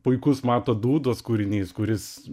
puikus mato dūdos kūrinys kuris